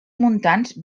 muntants